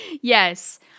Yes